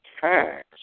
tax